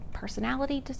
personality